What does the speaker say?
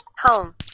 home